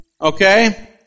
Okay